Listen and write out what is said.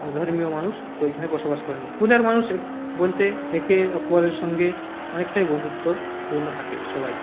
ধর্মীয় মানুষ ওইখানে বসবাস করেন পুরুলিয়ার মানুষের বলতে একে অপরের সঙ্গে অনেকটাই বন্ধুত্বপূর্ণ থাকে সবাই